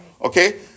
Okay